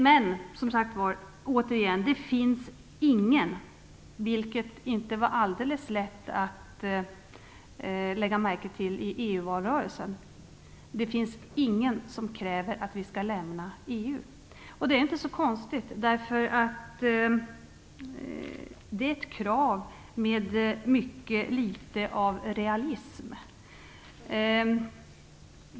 Men, återigen, det finns ingen - vilket inte var alldeles lätt att lägga märke till i EU valrörelsen - som kräver att vi skall lämna EU. Det är inte så konstigt, därför att det är ett krav som har mycket litet av realism.